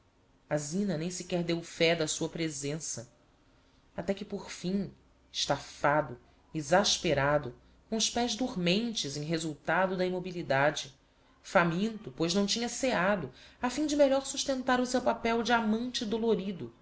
a zina nem sequer deu fé da sua presença até que por fim estafado exasperado com os pés dormentes em resultado da immobilidade faminto pois não tinha ceado a fim de melhor sustentar o seu papel de amante dolorido